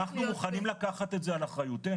אנחנו מוכנים לקחת את זה על אחריותנו,